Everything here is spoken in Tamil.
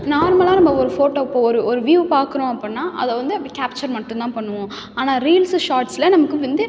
நார்மலா நம்ம ஒரு ஃபோட்டோ இப்போது ஒரு ஒரு வியூ பார்க்கறோம் அப்புடின்னா அதை வந்து அப்படி கேப்ச்சர் மட்டும் தான் பண்ணுவோம் ஆனால் ரீல்ஸு ஷார்ட்ஸில் நமக்கு வந்து